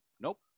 nope